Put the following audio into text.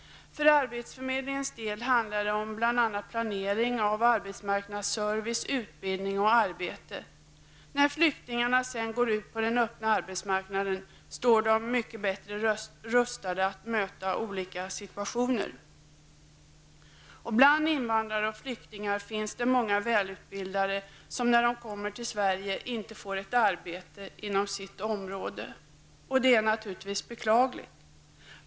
För arbetsförmedlingens del handlar det bl.a. om planering av arbetsmarknadsservice, utbildning och arbete. När flyktingarna sedan går ut på den öppna arbetsmarknaden står de mycket bättre rustade att möta olika situationer. Bland invandrare och flyktingar finns det många välutbildade, som när de kommer till Sverige inte får ett arbete inom sitt område. Det är naturligtvis beklagligt.